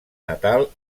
natal